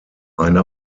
eine